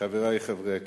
חברי חברי הכנסת,